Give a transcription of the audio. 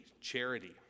charity